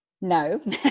No